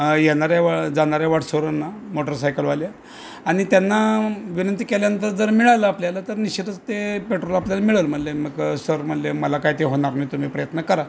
येणाऱ्या जाणाऱ्या वाड सर ना मोटरसायकलवाले आणि त्यांना विनंती केल्यानंतर जर मिळालं आपल्याला तर निश्चितच ते पेट्रोल आपल्याला मिळल म्हणले मग सर म्हणले मला काय ते होणं मी तुम्ही प्रयत्न करा मग मी रोडवर